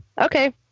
okay